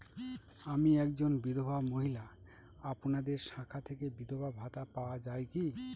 আমি একজন বিধবা মহিলা আপনাদের শাখা থেকে বিধবা ভাতা পাওয়া যায় কি?